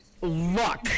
luck